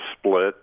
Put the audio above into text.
split